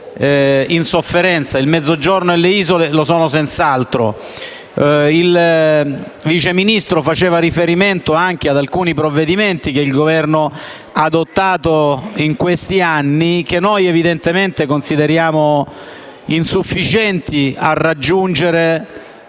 in sofferenza. Il Mezzogiorno e le isole lo sono senz'altro. Il Vice Ministro ha fatto riferimento anche ad alcuni provvedimenti che il Governo ha adottato in questi anni, che noi evidentemente consideriamo insufficienti a raggiungere